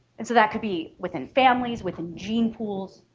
and so that could be within families, within gene pools,